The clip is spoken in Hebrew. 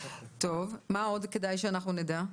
מה עוד כדאי שאנחנו נדע?